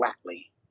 flatly